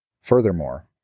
Furthermore